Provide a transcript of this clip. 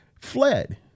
fled